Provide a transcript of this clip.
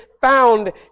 found